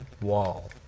wall